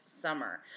summer